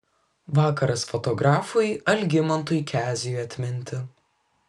vakaras fotografui algimantui keziui atminti